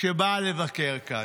כשבאה לבקר כאן.